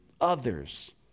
others